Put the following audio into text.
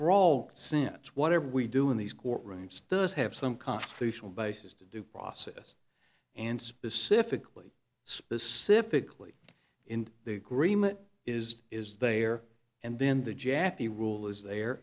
brawl sense whatever we do in these courtroom studies have some constitutional basis to due process and specifically specifically in the green that is is there and then the jack the rule is there